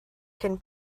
cyn